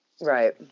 Right